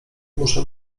muszę